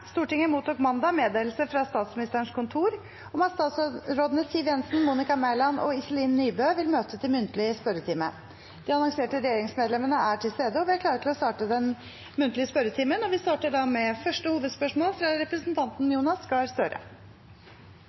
Stortinget mottok mandag meddelelse fra Statsministerens kontor om at statsrådene Siv Jensen, Monica Mæland og Iselin Nybø vil møte til muntlig spørretime. De annonserte regjeringsmedlemmer er til stede, og vi er klare til å starte den muntlige spørretimen. Vi starter da med første hovedspørsmål, fra representanten Jonas Gahr Støre.